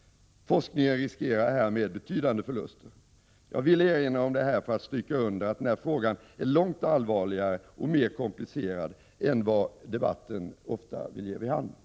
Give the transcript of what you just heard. Forskningen riskerar härmed betydande förluster. Jag vill erinra om detta för att stryka under att denna fråga är långt allvarligare och mer komplicerad än vad debatten ofta ger vid handen.